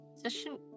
Session